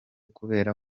kubera